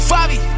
Fabi